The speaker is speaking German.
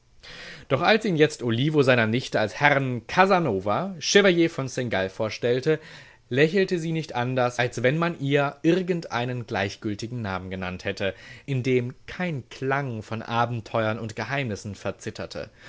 doch als ihn jetzt olivo seiner nichte als herrn casanova chevalier von seingalt vorstellte lächelte sie nicht anders als wenn man ihr irgendeinen gleichgültigen namen genannt hätte in dem kein klang von abenteuern und geheimnissen verzitterte